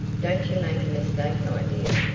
don't you make a mistake, my dear.